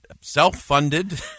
self-funded